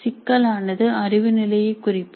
சிக்கலானது அறிவு நிலையை குறிப்பது